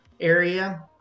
area